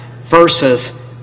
versus